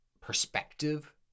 perspective